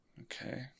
Okay